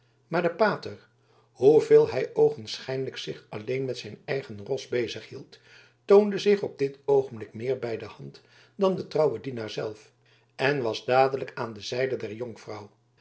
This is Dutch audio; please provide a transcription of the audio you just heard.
maar de pater hoeveel hij oogenschijnlijk zich alleen met zijn eigen ros bezig hield toonde zich op dit oogenblik meer bij de hand dan de trouwe dienaar zelf en was dadelijk aan de zijde der jonkvrouw